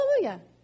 hallelujah